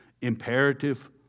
imperative